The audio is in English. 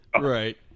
Right